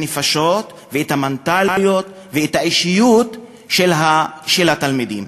בונה את הנפשות ואת המנטליות ואת האישיות של התלמידים.